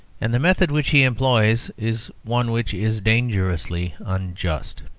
and the method which he employs is one which is dangerously unjust.